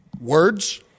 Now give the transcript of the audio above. Words